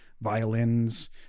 violins